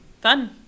Fun